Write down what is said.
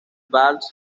vals